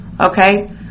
Okay